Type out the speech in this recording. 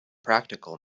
practical